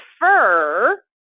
prefer